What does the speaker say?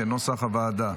כנוסח הוועדה.